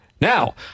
Now